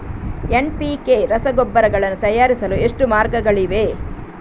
NPK ರಸಗೊಬ್ಬರಗಳನ್ನು ತಯಾರಿಸಲು ಎಷ್ಟು ಮಾರ್ಗಗಳಿವೆ?